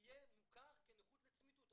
יהיה מוכר כנכות לצמיתות.